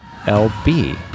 LB